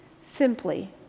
simply